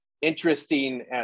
interesting